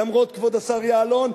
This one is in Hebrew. למרות כבוד השר יעלון,